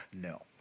No